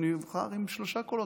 הוא נבחר עם שלושה קולות,